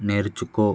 నేర్చుకో